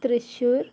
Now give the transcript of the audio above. Thrissur